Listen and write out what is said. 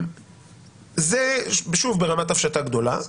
זה ברמת הפשטה גדולה.